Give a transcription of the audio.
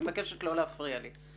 אני מבקשת לא להפריע ל.